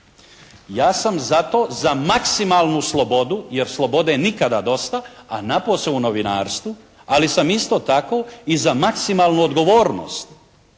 Ja sam zato za maksimalnu slobodu jer slobode nikada dosta, a napose u novinarstvu, ali sam isto tako i za maksimalnu odgovornost.